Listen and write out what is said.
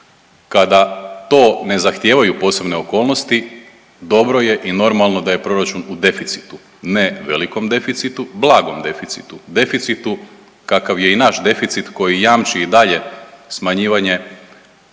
Kada to ne zahtijevaju posebne okolnosti dobro je i normalno da je proračun u deficitu, ne velikom deficitu, blagom deficitu, deficitu kakav je i naš deficit koji jamči i dalje smanjivanje